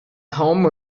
home